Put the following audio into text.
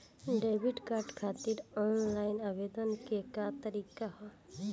Debit card खातिर online आवेदन के का तरीकि ह?